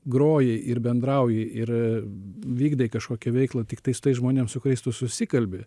groji ir bendrauji ir vykdai kažkokią veiklą tiktai su tais žmonėm su kuriais tu susikalbi